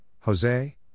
Jose